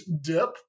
dip